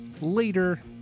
Later